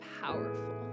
powerful